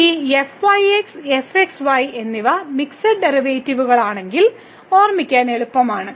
ഈ fyx fxy എന്നിവ mixed ഡെറിവേറ്റീവുകളാണെങ്കിൽ ഓർമിക്കാൻ എളുപ്പമാണ്